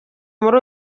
muri